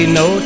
no